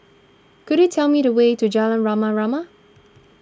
could you tell me the way to Jalan Rama Rama